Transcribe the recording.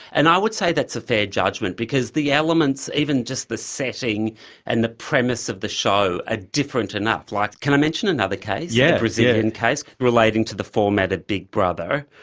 and i would say that's a fair judgement because the elements, even just the setting and the premise of the show are ah different enough. like can i mention another case? yeah a brazilian case relating to the format of big brother,